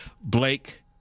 Blake